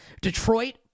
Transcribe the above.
Detroit